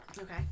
Okay